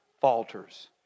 falters